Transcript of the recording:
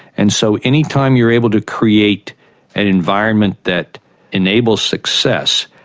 and so any time you're able to create an environment that enable success,